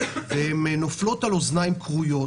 אלא נופלות על אוזניים כרויות